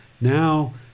now